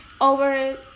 over